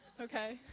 Okay